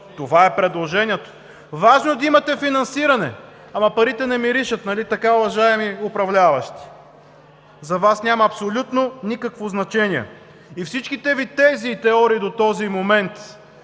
Това е предложението. Важно е да имате финансиране! Ама парите не миришат, нали така уважаеми управляващи? За Вас няма абсолютно никакво значение. Всичките Ви тези и теории до този момент,